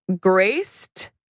graced